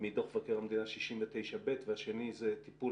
מתוך מבקר המדינה 69ב והשני הוא טיפול